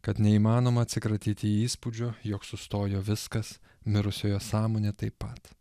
kad neįmanoma atsikratyti įspūdžio jog sustojo viskas mirusiojo sąmonė taip pat